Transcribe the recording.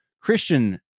Christian